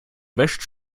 wäscht